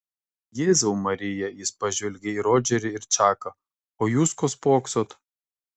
jėzau marija jis pažvelgė į rodžerį ir čaką o jūs ko spoksot